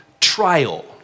trial